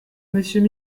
monsieur